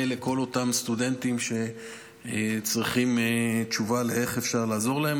לכל אותם סטודנטים שצריכים תשובה איך אפשר לעזור להם.